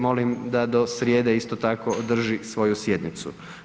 Molim da do srijede isto tako održi svoju sjednicu.